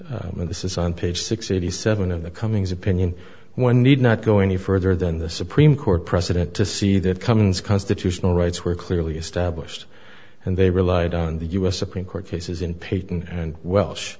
said this is on page sixty seven of the cummings opinion one need not go any further than the supreme court precedent to see that cummings constitutional rights were clearly established and they relied on the u s supreme court cases in peyton and welsh